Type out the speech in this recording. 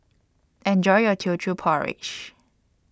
Enjoy your Teochew Porridge